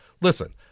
listen